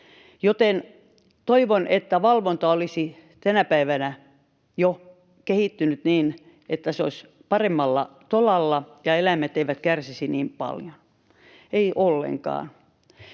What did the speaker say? joten toivon, että valvonta olisi tänä päivänä jo kehittynyt niin, että se olisi paremmalla tolalla ja eläimet eivät kärsisi niin paljon — eivät ollenkaan.